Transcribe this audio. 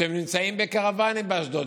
שהם נמצאים בקרוונים באשדוד,